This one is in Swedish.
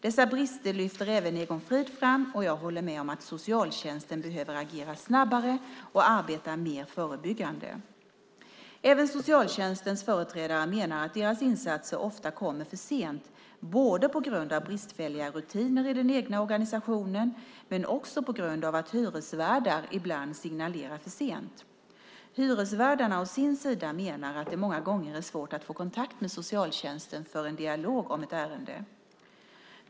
Dessa brister lyfter även Egon Frid fram, och jag håller med om att socialtjänsten behöver agera snabbare och arbeta mer förebyggande. Även socialtjänstens företrädare menar att deras insatser ofta kommer för sent, på grund av bristfälliga rutiner i den egna organisationen men också på grund av att hyresvärdar ibland signalerar för sent. Hyresvärdarna å sin sida menar att det många gånger är svårt att få kontakt med socialtjänsten för en dialog om ett ärende.